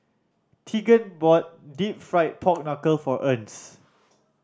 Tegan bought Deep Fried Pork Knuckle for Ernst